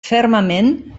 fermament